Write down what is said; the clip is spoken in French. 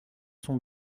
son